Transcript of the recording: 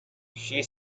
she